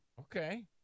Okay